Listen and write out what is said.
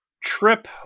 Trip